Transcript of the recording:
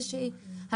היום יום שלישי,